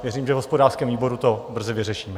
Věřím, že v hospodářském výboru to brzy vyřešíme.